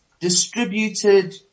distributed